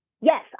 yes